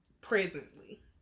presently